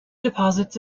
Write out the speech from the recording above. deposits